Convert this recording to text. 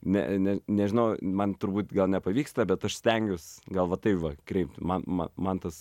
ne ne nežinau man turbūt gal nepavyksta bet aš stengiuos gal va tai va kreipt man mat man tas